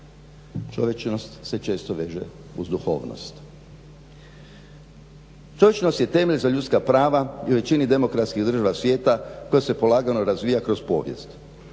Čovječnost se često veže uz duhovnost. Čovječnost je temelj za ljudska prava i u većini demokratskih država svijeta koja se polako razvija kroz povijest,